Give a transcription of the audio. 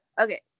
Okay